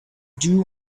drew